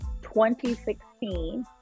2016